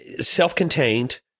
self-contained